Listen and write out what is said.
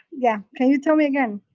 yeah. can you tell me again?